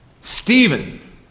Stephen